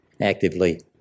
Actively